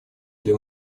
для